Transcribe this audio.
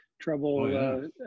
trouble